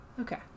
Okay